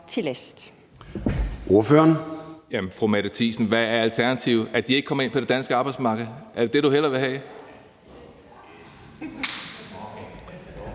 til last.